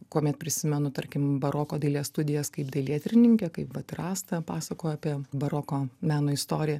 kuomet prisimenu tarkim baroko dailės studijas kaip dailėtyrininkė kaip vat ir asta pasakojo apie baroko meno istoriją